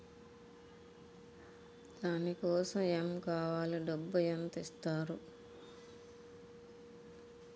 దాని కోసం ఎమ్ కావాలి డబ్బు ఎంత ఇస్తారు?